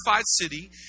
city